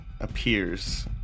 appears